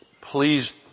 Please